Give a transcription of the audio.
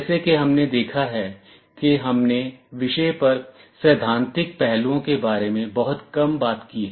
जैसा कि हमने देखा है कि हमने विषय पर सैद्धांतिक पहलुओं के बारे में बहुत कम बात की है